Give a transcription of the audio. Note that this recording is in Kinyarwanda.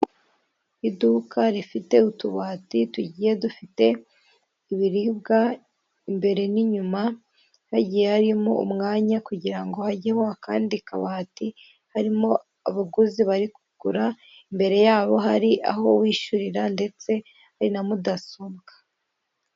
Iduka rifite utubati tugiye dufite ibiribwa imbere n'inyuma ha igihe harimo umwanya kugira ngo hajyeho akandi kabati harimo abaguzi bari kugura imbere yabo hari aho wishyurira ndetse hari na mudasumbwa.